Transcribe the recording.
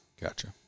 Gotcha